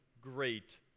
great